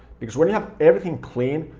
because when you have everything clean,